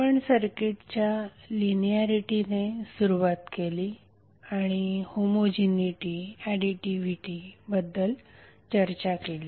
आपण सर्किटच्या लिनिएरिटीने सुरुवात केली आणि होमोजिनीटी एडीटीव्हीटी बद्दल चर्चा केली